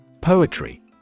Poetry